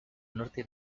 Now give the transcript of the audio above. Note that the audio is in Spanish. norte